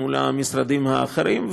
מול המשרדים האחרים.